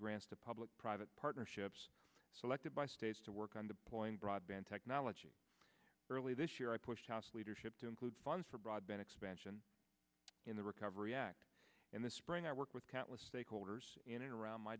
grants to public private partnerships selected by states to work on the point broadband technology early this year i pushed house leadership to include funds for broadband expansion in the recovery act in the spring i work with countless stakeholders in and around my